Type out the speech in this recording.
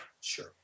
sure